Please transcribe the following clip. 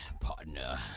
partner